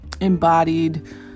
embodied